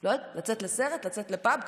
לא יודעת, לצאת לסרט, לצאת לפאב.